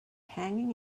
hanging